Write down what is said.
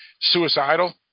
suicidal